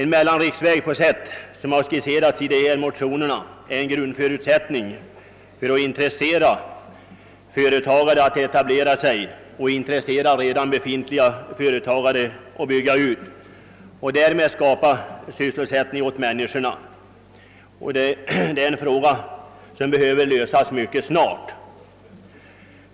En mellanriksväg på sätt som skisserats i motionerna är en grundförutsätt ning för att intressera företagare att etablera sig och intressera redan befintliga företagare att bygga ut och därmed skapa sysselsättning åt människorna. Vägfrågan behöver därför lösas mycket snart.